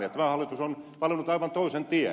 tämä hallitus on valinnut aivan toisen tien